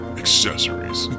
accessories